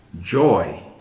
Joy